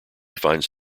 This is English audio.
finds